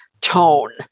tone